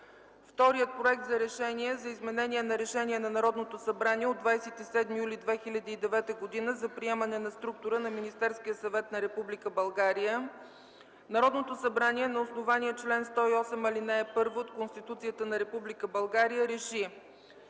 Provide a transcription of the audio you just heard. втория Проект за решение за изменение на Решение на Народното събрание от 27 юли 2009 г. за приемане на структура на Министерския съвет на Република България: „Народното събрание на основание чл. 108, ал. 1 от Конституцията на Република България РЕШИ: